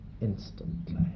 instantly